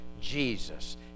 Jesus